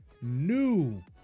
New